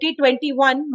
2021